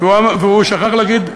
והוא שכח להגיד: